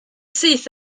syth